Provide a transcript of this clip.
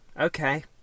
okay